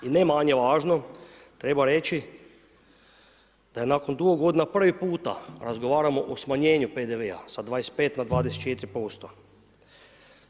I ne manje važno, treba reći, da je nakon dugo godina prvi puta, razgovaramo o smanjenju PDV-a sa 25 na 24 posto.